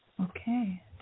Okay